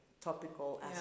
topical